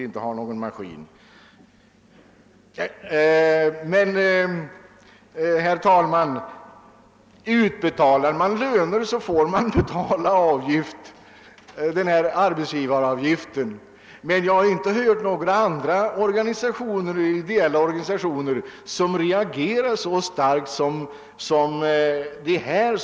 Det var då jag fällde min replik. Utbetalar man löner får man också betala arbetsgivaravgiften. Men jag har inte hört några andra ideella organisationer reagera så starkt som de kristna.